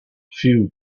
few